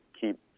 keep